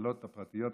בנחלות הפרטיות,